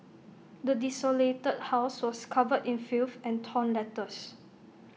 the desolated house was covered in filth and torn letters